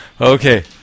Okay